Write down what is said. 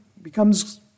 becomes